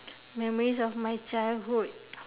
memories of my childhood